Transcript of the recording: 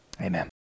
Amen